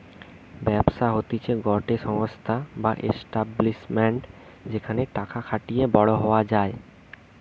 ব্যবসা হতিছে গটে সংস্থা বা এস্টাব্লিশমেন্ট যেখানে টাকা খাটিয়ে বড়ো হওয়া যায়